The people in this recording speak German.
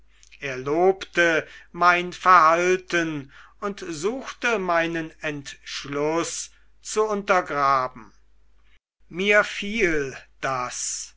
er lobte mein verhalten und suchte meinen entschluß zu untergraben mir fiel das